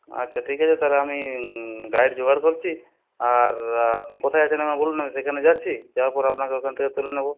আচ্ছা ঠিক আছে তাহলে আমি গাইড জোগাড় করছি আর আপনি কোথায় আছেন আমাকে বলুন আমি সেখানে যাচ্ছি যাওয়ার পর আপনাকে ওখান থেকে তুলে নেব